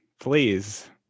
Please